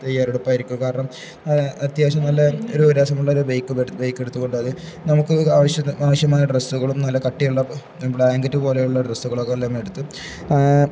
തയ്യാറെടുപ്പായിരിക്കും കാരണം അത്യാവശ്യം നല്ല ഒരു ഒരു രസമുള്ളൊരു ബൈക്ക് ബൈക്ക് എടുത്തുകൊണ്ടത് നമുക്ക് ആവശ്യ ആവശ്യമായ ഡ്രസ്സുകളും നല്ല കട്ടിയുള്ള ബ്ലാങ്കറ്റ് പോലെയുള്ള ഡ്രസ്സുകളൊക്കെ എല്ലാം എടുത്ത്